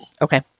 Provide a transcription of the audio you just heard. Okay